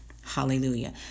Hallelujah